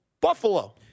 Buffalo